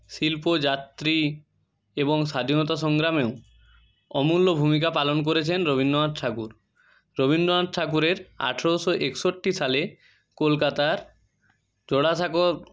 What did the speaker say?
শিল্প যাত্রী এবং স্বাধীনতা সংগ্রামেও অমূল্য ভূমিকা পালন করেছেন রবীন্দ্রনাথ ঠাকুর রবীন্দ্রনাথ ঠাকুরের আঠেরোশো একষট্টি সালে কলকাতার জোড়াসাঁকো